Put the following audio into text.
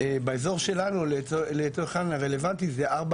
באזור שלנו לצורך העניין הרלוונטי זה ארבע